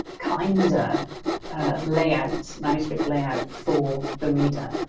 kinder layout, manuscript layout, for the reader.